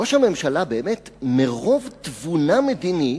ראש הממשלה, מרוב "תבונה מדינית",